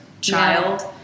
child